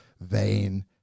vain